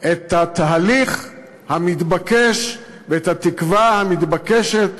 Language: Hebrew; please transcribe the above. את התהליך המתבקש ואת התקווה המתבקשת